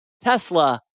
Tesla